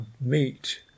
meet